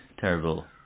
terrible